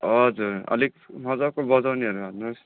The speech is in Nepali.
हजुर अलिक मजाको बजाउनेहरू हाल्नुहोस्